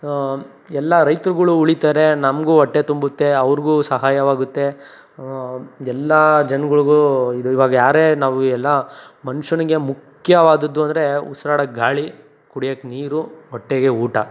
ಎಲ್ಲ ರೈತ್ರುಗಳು ಉಳಿತಾರೆ ನಮಗೂ ಹೊಟ್ಟೆ ತುಂಬುತ್ತೆ ಅವ್ರಿಗೂ ಸಹಾಯವಾಗುತ್ತೆ ಎಲ್ಲ ಜನ್ಗಳ್ಗೂ ಇದು ಇವಾಗ ಯಾರೇ ನಾವು ಎಲ್ಲ ಮನುಷ್ಯನಿಗೆ ಮುಖ್ಯವಾದದ್ದು ಅಂದರೆ ಉಸ್ರಾಡಕ್ಕೆ ಗಾಳಿ ಕುಡಿಯಕ್ಕೆ ನೀರು ಹೊಟ್ಟೆಗೆ ಊಟ